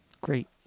Great